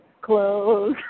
clothes